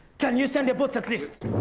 can you send a boat at least?